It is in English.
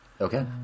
Okay